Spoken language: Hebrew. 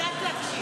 אני יודעת להקשיב.